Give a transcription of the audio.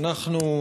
אנחנו,